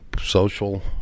social